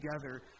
together